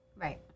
Right